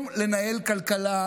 חוסר הניהול וחוסר התפקוד הכלכלי של